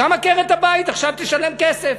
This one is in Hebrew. גם עקרת-הבית עכשיו תשלם כסף,